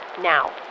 now